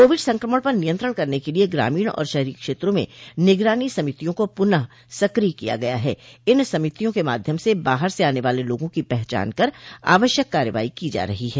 Covid संक्रमण पर नियंत्रण करने के लिये ग्रामीण और शहरी क्षेत्रों में निगरानी समितियों को पुनः सक्रिय किया गया हैं इन समितियों के माध्यम से बाहर से आने वाले लोगों की पहचान कर आवश्यक कार्रवाई की जा रही है